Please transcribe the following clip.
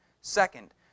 Second